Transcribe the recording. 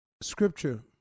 Scripture